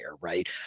right